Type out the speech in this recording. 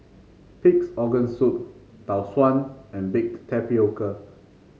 Pig's Organ Soup Tau Suan and Baked Tapioca